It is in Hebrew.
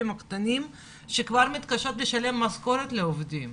שכבר מתקשות לשלם משכורות לעובדים